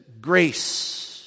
grace